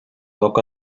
boca